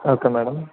okay madam